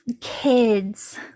kids